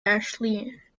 ashley